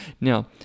Now